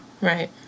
right